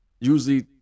usually